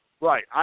Right